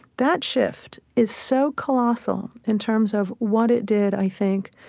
that shift is so colossal in terms of what it did, i think,